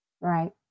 Right